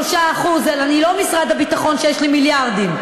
3% אני לא משרד הביטחון שיש לי מיליארדים,